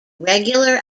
regular